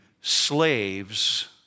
slaves